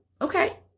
Okay